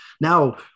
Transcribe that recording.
Now